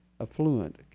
affluent